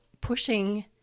pushing